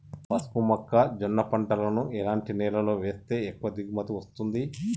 పసుపు మొక్క జొన్న పంటలను ఎలాంటి నేలలో వేస్తే ఎక్కువ దిగుమతి వస్తుంది?